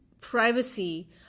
privacy